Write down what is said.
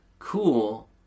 Cool